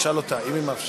תשאל אותה אם היא מאפשרת.